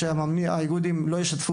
האיגודים לא ישתפו